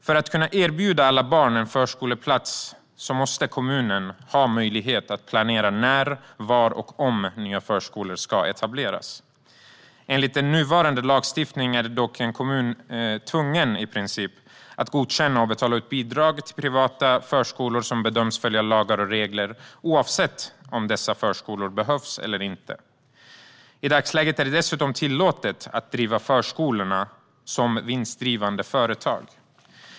För att kunna erbjuda alla barn förskoleplats måste kommunen ha möjlighet att planera när, var och om nya förskolor ska etableras. Enligt nuvarande lagstiftning är dock en kommun tvungen att godkänna och betala ut bidrag till alla privata förskolor som bedöms följa lagar och regler, oavsett om dessa förskolor behövs eller inte. I dagsläget är det dessutom tillåtet att driva förskolorna som vinstdrivande företag.